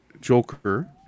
Joker